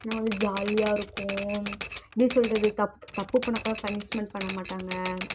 நான் வந்து ஜாலியாக இருக்கும் எப்படி சொல்கிறது தப்பு தப்பு பண்ணால் கூட பனிஷ்மெண்ட் பண்ண மாட்டாங்கள்